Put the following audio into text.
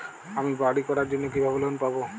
আমি বাড়ি করার জন্য কিভাবে লোন পাব?